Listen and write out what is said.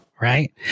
Right